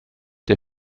der